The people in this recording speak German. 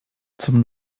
zum